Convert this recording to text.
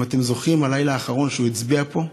אם אתם זוכרים, הלילה האחרון שהוא הצביע פה,